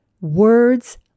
words